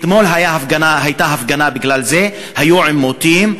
אתמול הייתה הפגנה בגלל זה, היו עימותים.